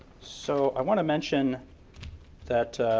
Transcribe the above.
so i want to mention that